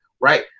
right